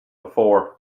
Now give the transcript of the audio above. before